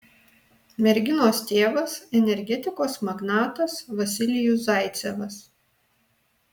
merginos tėvas energetikos magnatas vasilijus zaicevas